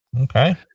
Okay